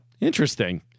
interesting